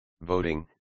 voting